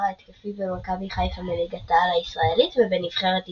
ההתקפי במכבי חיפה מליגת העל הישראלית ובנבחרת ישראל.